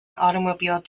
automobile